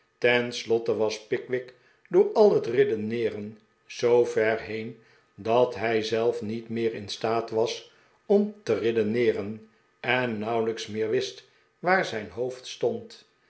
slotte was pickwick door al het redeneeren zoover heen dat hij zelf niet meer in staat was om te redeneeren en nauwelijks meer wist waar zijn hoofd stond